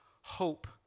hope